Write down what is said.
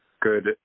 good